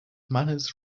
manners